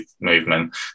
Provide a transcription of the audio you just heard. movement